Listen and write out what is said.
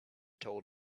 told